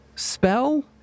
spell